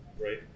Right